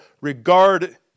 regard